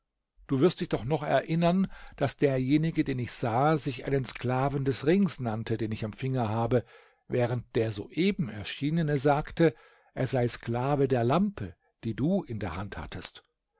du wirst dich noch erinneren daß derjenige den ich sah sich einen sklaven des rings nannte den ich am finger habe während der soeben erschienene sagte er sei sklave der lampe die du in der hand hattest